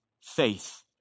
faith